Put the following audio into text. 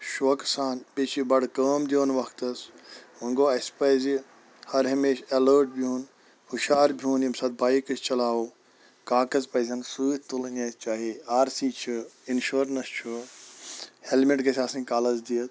شوقہٕ سان بیٚیہِ چھِ یہِ بَڑٕ کٲم دِوان وقتس ووٚں گوٚو اَسہِ پَزِ ہر ہمیشہٕ ایلٲٹ بِہُن ہُشار بِہُن ییٚمہِ ساتہٕ أسۍ بایک چلاوو کاغز پزن سۭتۍ تُلنۍ اَسہِ چاہے آر س چھِ انشورنس چھُ ہیٚلمٹ گژھِ آسٕنۍ کَلس دِتھ